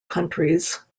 countries